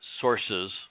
sources